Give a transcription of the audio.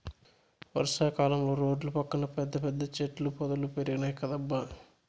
వర్షా కాలంలో రోడ్ల పక్కన పెద్ద పెద్ద చెట్ల పొదలు పెరిగినాయ్ కదబ్బా